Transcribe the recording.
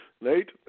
Nate